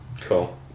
Cool